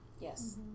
Yes